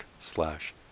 slash